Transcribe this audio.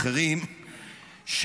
אחרים,